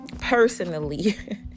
personally